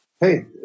hey